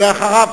אחריו,